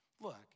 Look